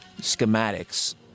schematics